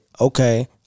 okay